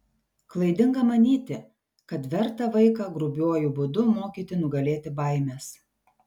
klaidinga manyti kad verta vaiką grubiuoju būdu mokyti nugalėti baimes